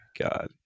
God